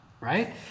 Right